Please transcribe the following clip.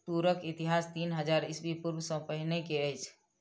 तूरक इतिहास तीन हजार ईस्वी पूर्व सॅ पहिने के अछि